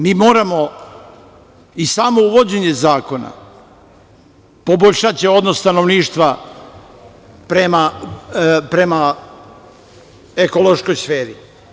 Mi moramo i samo uvođenje zakona poboljšaće odnos stanovništva prema ekološkoj sferi.